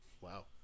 Wow